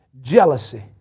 Jealousy